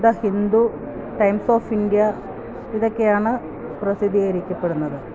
the Hindu Times of India ഇതൊക്കെയാണ് പ്രസിദ്ധികരിക്കപ്പെടുന്നത്